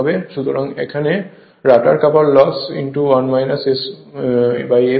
সুতরাং এখানে rotor copper loss S হয়